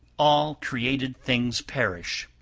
all created things perish